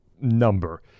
number